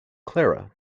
clara